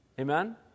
Amen